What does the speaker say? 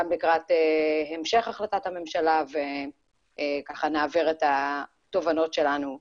גם לקראת המשך החלטת הממשלה וככה נעביר את התובנות שלנו לכם.